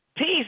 Peace